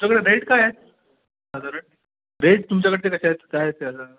सगळं रेट काय आहे साधारण रेट तुमच्याकडचे कसे आहेत काय त्याचं